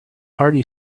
hearty